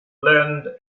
blend